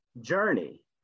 journey